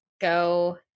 go